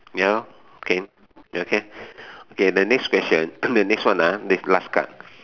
ya lor okay ya can okay the next question the next one ah next last card